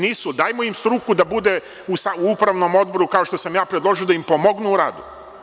Nisu, dajmo im struku da bude u upravnom odboru, kao što sam predložio, da im pomognu u radu.